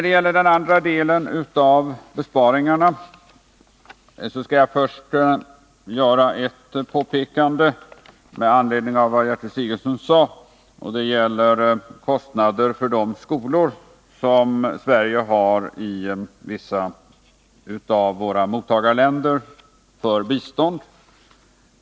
Beträffande den andra delen av besparingarna skall jag först göra ett påpekande med anledning av vad Gertrud Sigurdsen sade. Det gäller kostnader för de skolor som Sverige har i vissa av våra biståndsmottagarländer.